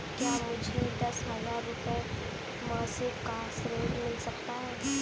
क्या मुझे दस हजार रुपये मासिक का ऋण मिल सकता है?